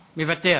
מוותר,